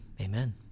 amen